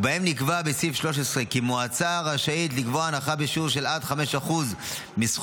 ובהן נקבע בסעיף 13 כי מועצה רשאית לקבוע הנחה בשיעור של עד 5% מסכום